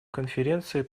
конференции